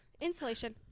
insulation